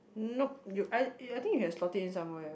nope you I I think you can slot it in somewhere